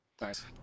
Nice